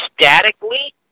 statically